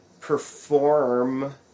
perform